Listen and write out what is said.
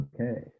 Okay